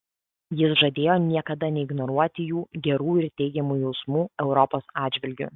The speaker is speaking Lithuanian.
jis žadėjo niekada neignoruoti jų gerų ir teigiamų jausmų europos atžvilgiu